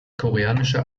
koreanische